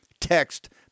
Text